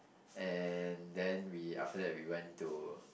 and then we after that we went to